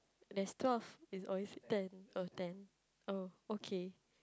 there's twelve it's oh it's ten oh ten oh okay